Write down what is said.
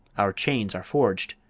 our chains are forged.